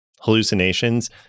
hallucinations